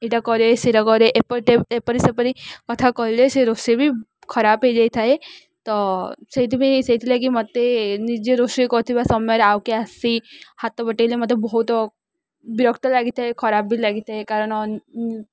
ଏଇଟା କରେ ସେଇଟା କରେ ଏପରି ଏପରି ସେପରି କଥା କଲେେ ସେ ରୋଷେଇ ବି ଖରାପ ହେଇଯାଇଥାଏ ତ ସେଇଥିପାଇଁ ସେଇଥିଲାଗି ମୋତେ ନିଜେ ରୋଷେଇ କରୁଥିବା ସମୟରେ ଆଉ କିଏ ଆସି ହାତ ବଟେଇଲେ ମୋତେ ବହୁତ ବିରକ୍ତ ଲାଗିଥାଏ ଖରାପ ବି ଲାଗିଥାଏ କାରଣ